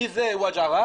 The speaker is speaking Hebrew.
כי זה סיפור,